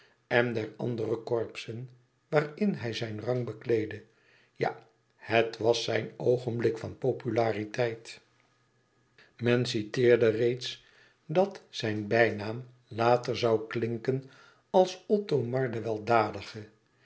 en der andere corpsen waarin hij zijn rang bekleedde ja het was zijn oogenblik van populariteit men citeerde reeds dat zijn bijnaam later zoû klinken als